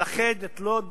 ולאחד את לוד,